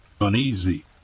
uneasy